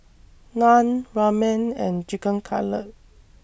Naan Ramen and Chicken Cutlet